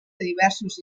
diversos